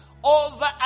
Over